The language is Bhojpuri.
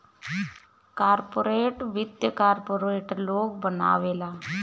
कार्पोरेट वित्त कार्पोरेट लोग बनावेला